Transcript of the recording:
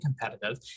competitive